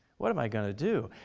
what am i going to do?